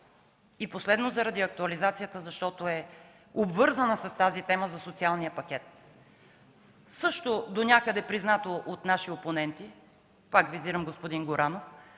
Последно, заради актуализацията, защото е обвързана с темата за социалния пакет. Също донякъде признато от наши опоненти – пак визирам господин Горанов,